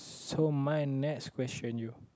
so my next question you